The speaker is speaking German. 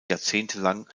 jahrzehntelang